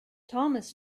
thomas